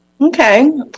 okay